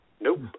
Nope